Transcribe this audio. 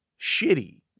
shitty